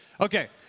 Okay